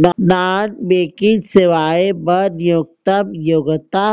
non banking सेवाएं बर न्यूनतम योग्यता